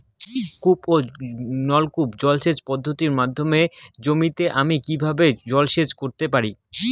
কূপ ও নলকূপ জলসেচ পদ্ধতির মাধ্যমে জমিতে আমি কীভাবে জলসেচ করতে পারি?